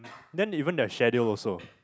then even their schedule also